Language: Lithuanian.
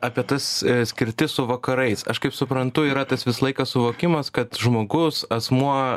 apie tas skirtis su vakarais aš kaip suprantu yra tas visą laiką suvokimas kad žmogus asmuo